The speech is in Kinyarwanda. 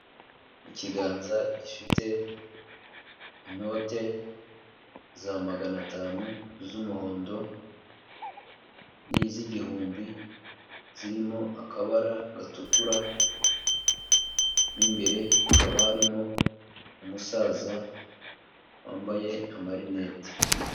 Ikiganza gifite inote za magana atanu z'umuhondo n'iz'igihumbi zirimo akabara gatukura imimbere hakaba harimo umusaza wambaye amarineti.